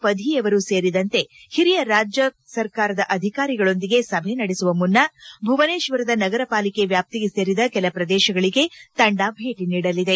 ಪಧಿಯವರೂ ಸೇರಿದಂತೆ ಹಿರಿಯ ರಾಜ್ಯ ಸರ್ಕಾರದ ಅಧಿಕಾರಿಗಳೊಂದಿಗೆ ಸಭೆ ನಡೆಸುವ ಮುನ್ನ ಭುವನೇತ್ವರ ನಗರಪಾಲಿಕೆ ವ್ಲಾಪ್ತಿಗೆ ಸೇರಿದ ಕೆಲ ಪ್ರದೇಶಗಳಿಗೆ ತಂಡ ಭೇಟ ನೀಡಲಿದೆ